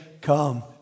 come